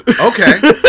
Okay